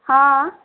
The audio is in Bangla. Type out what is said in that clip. হাঁ